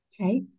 Okay